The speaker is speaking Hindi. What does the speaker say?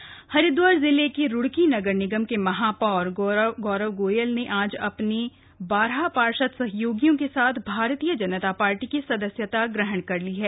महापौर भाजपा में शामिल हरिद्वार जिले की रुड़की नगर निगम के महापौर गौरव गोयल ने आज अपने बारह पार्षद सहयोगियों के साथ भारतीय जनता पार्टी की सदस्यता ग्रहण कर ली है